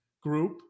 group